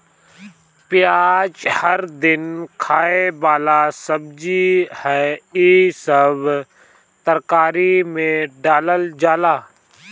पियाज हर दिन खाए वाला सब्जी हअ, इ सब तरकारी में डालल जाला